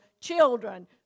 children